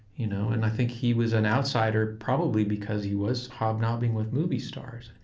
you know and i think he was an outsider probably because he was hobnobbing with movie stars.